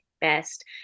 best